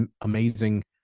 amazing